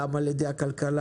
גם על ידי משרד הכלכלה,